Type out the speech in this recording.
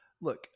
look